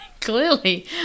Clearly